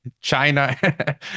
china